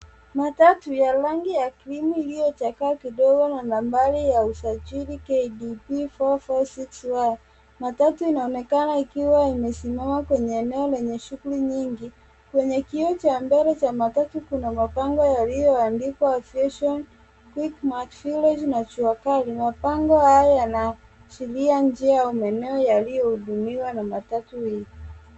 Matatu ya rangi ya krimu iliyochakaa kidogo na nambari ya usajili KDQ446Y . Matatu inaonekana ikiwa imesimama kwenye eneo lenye shughuli nyingi. Kwenye kioo cha mbele cha matatu kuna mabango yaliyoandikwa aviation, quickmart, village na juakali . Mabango hayo yanaashiria njia au maeneo yaliyohudhuriwa na matatu hii.